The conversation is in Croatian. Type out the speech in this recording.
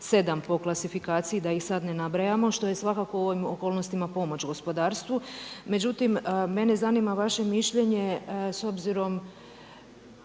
na 7 po klasifikaciji da ih sad ne nabrajamo što je svakako u ovim okolnostima pomoć gospodarstvu. Međutim, mene zanima vaše mišljenje s obzirom